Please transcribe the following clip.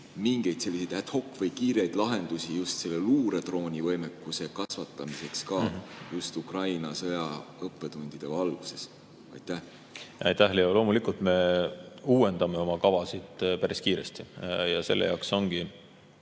mingeid selliseidad hoc- või kiireid lahendusi just selle luuredroonivõimekuse kasvatamiseks, just Ukraina sõja õppetundide valguses. Aitäh, Leo! Loomulikult me uuendame oma kavasid päris kiiresti. Selle jaoks ongi